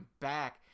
back